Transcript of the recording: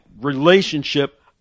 relationship